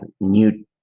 new